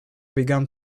began